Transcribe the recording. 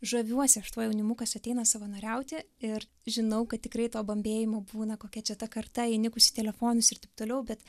žaviuosi aš tuo jaunimu kas ateina savanoriauti ir žinau kad tikrai to bambėjimo būna kokia čia ta karta įnikus į telefonus ir taip toliau bet